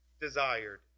desired